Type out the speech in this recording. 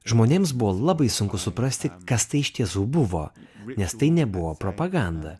žmonėms buvo labai sunku suprasti kas tai iš tiesų buvo nes tai nebuvo propaganda